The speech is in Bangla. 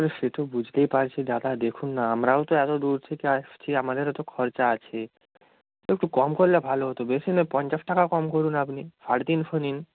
সে তো বুঝতেই পারছি দাদা দেখুন না আমরাও তো এত দূর থেকে আসছি আমাদেরও তো খরচা আছে একটু কম করলে ভালো হত বেশি না পঞ্চাশ টাকা কম করুন আপনি সাড়ে তিনশো নিন